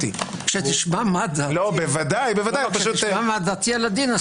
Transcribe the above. כשתשמע מה דעתי על הדין,